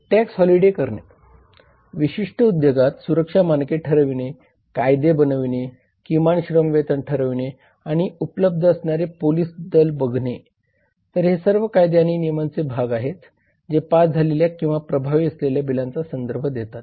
tax holiday करणे विशिष्ट उद्योगात सुरक्षा मानके ठरविणे कायदे बनविणे किमान श्रम वेतन ठरविणे आणि उपलब्ध असणारे पोलीस दल बघणे तर हे सर्व कायदे आणि नियमांचे भाग आहेत जे पास झालेल्या किंवा प्रभावी असलेल्या बिलांचा संदर्भ देतात